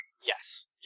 Yes